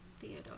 theodore